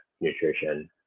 nutrition